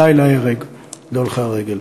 די להרג הולכי הרגל.